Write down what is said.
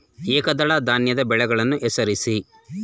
ಏಕದಳ ಧಾನ್ಯದ ಬೆಳೆಗಳನ್ನು ಹೆಸರಿಸಿ?